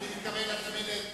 אני מתכוון להזמין את